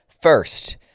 first